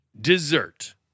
Dessert